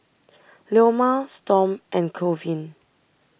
Leoma Storm and Colvin